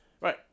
Right